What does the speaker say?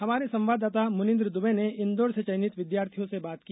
हमारे संवाददाता मुनीन्द्र दुबे ने इन्दौर से चयनित विद्यार्थियों से बात की